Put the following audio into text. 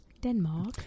Denmark